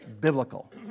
biblical